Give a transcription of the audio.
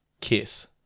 Kiss